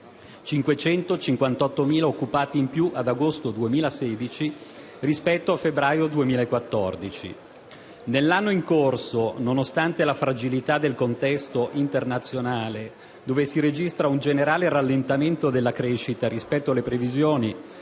558.000 occupati in più ad agosto 2016 rispetto a febbraio 2014. Nell'anno in corso, nonostante la fragilità del contesto internazionale, dove si registra un generale rallentamento della crescita rispetto alle previsioni,